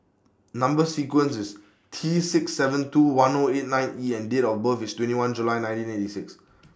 Number sequence IS T six seven two one O eight nine E and Date of birth IS twenty one July nineteen eighty six